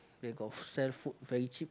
they got sell food very cheap